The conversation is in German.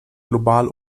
global